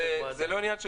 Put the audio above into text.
זה עניין של